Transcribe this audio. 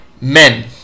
men